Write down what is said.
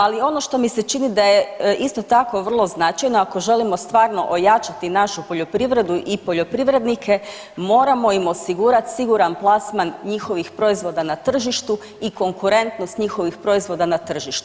Ali ono što mi se čini da je isto tako vrlo značajno ako želimo stvarno ojačati našu poljoprivredu i poljoprivrednike moramo im osigurati siguran plasman njihovih proizvoda na tržištu i konkurentnost njihovih proizvoda na tržištu.